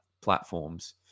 platforms